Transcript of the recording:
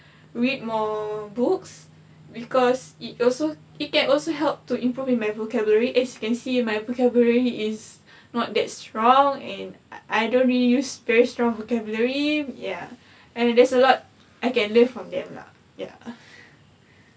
read more books because it also it can also help to improve in my vocabulary as can see my vocabulary is not that strong and I don't really use very strong vocabulary ya and there's a lot I can learn from them lah ya